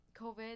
COVID